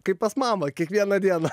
kaip pas mamą kiekvieną dieną